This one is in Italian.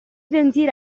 sentir